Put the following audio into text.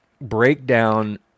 breakdown